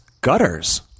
gutters